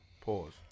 Pause